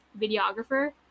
videographer